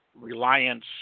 reliance